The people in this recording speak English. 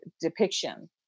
depiction